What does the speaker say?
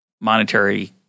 monetary –